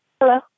Hello